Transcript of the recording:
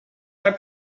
are